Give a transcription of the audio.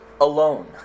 alone